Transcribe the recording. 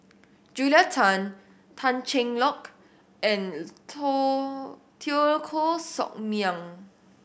Julia Tan Tan Cheng Lock and Teo Koh Sock Miang